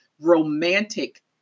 romantic